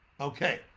okay